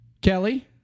Kelly